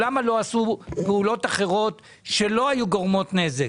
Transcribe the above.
למה לא עשו פעולות אחרות שלא היו גורמות נזק?